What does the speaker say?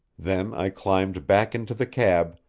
then i climbed back into the cab,